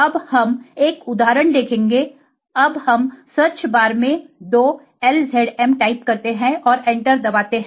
अब हम एक उदाहरण देखेंगेअब हम सर्च बार में 2 LZM टाइप करते हैं और एंटर दबाते हैं